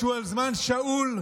שהוא על זמן שאול,